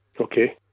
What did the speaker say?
Okay